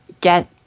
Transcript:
get